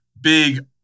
big